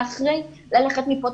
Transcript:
ואחרי ללכת מפה,